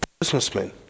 businessmen